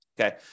okay